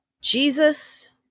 jesus